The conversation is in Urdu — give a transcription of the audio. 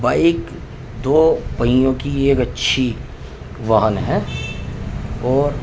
بائک دو پہوں کی ایک اچھی واہن ہے اور